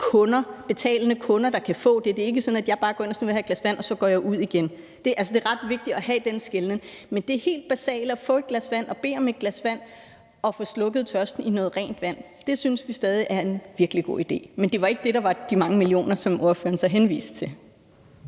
betalende kunder, der kan få det. Det er ikke sådan, at jeg bare kan gå ind og sige, at nu vil jeg have et glas vand, og så gå ud igen. Altså, det er ret vigtigt at have den skelnen. Men det helt basale i at kunne få et glas vand, bede om et glas vand og få slukket tørsten i noget rent vand, synes vi stadig er en virkelig god idé, men det var ikke det, der udgjorde de mange milliarder, som ordføreren henviste til.